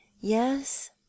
Yes